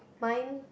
fine